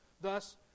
thus